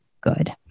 good